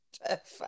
perfect